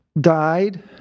died